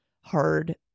hard